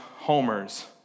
homers